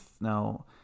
Now